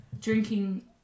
Drinking